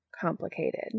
complicated